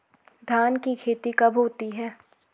धान की खेती कब होती है?